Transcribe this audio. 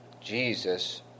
Jesus